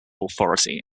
authority